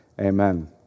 Amen